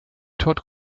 todd